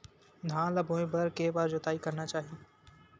धान ल बोए बर के बार जोताई करना चाही?